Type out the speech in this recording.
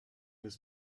was